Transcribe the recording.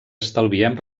estalviem